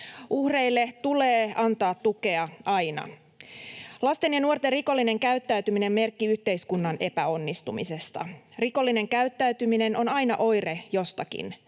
Uhreille tulee antaa tukea — aina. Lasten ja nuorten rikollinen käyttäytyminen on merkki yhteiskunnan epäonnistumisesta. Rikollinen käyttäytyminen on aina oire jostakin.